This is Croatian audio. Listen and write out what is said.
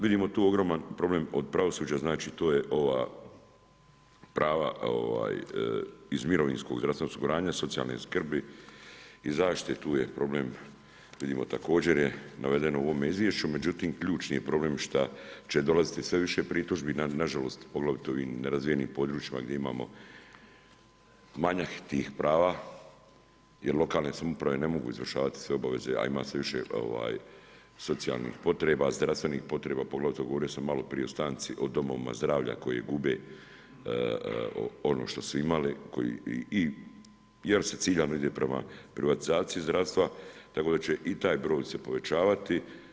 Vidimo tu ogroman problem kod pravosuđa, znači to su prava iz mirovinskog i zdravstvenog osiguranja, socijalne skrbi i zaštite, tu je problem, vidimo također je navedeno u ovom izvješću, međutim ključni je problem šta će dolaziti sve više pritužbi, na nažalost poglavito i na nerazvijenim područjima gdje imamo manjak tih prava jer lokalne samouprave ne mogu izvršavati sve obaveze a ima sve više socijalnih potreba, zdravstvenih potreba, poglavito govorio sam maloprije stanci o domovima zdravlja koji gube ono što su imali jer se ciljano ide prema privatizaciji zdravstva, tako da će i taj broj se povećavati.